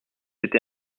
été